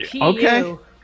Okay